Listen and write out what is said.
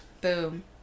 Boom